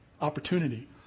Opportunity